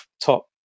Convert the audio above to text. top